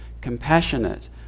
compassionate